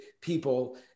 people